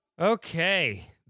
okay